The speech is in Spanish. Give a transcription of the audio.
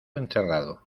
encerrado